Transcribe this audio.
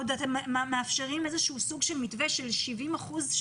אתם מאפשרים איזשהו סוג של מתווה של 70 אחוזים